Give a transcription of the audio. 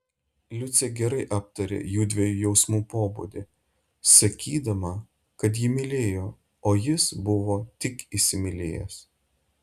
liucė gerai aptarė jųdviejų jausmų pobūdį sakydama kad ji mylėjo o jis buvo tik įsimylėjęs